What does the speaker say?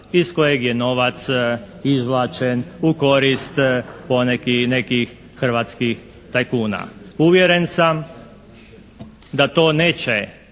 iz kojeg je novac izvlačen u korist poneki i nekih hrvatskih tajkuna. Uvjeren sam da to neće